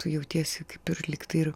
tu jautiesi kaip ir lygtai ir